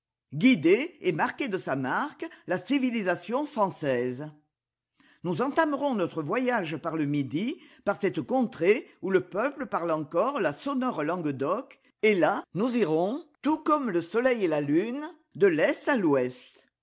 guidait et marquait de sa marque la civilisation française nous entamerons notre voyage par le midi par cette contrée où le peuple parle encore la sonore langue d'oc et là nous irons tout comme le soleil et la lune de l'est à l'ouest